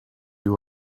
you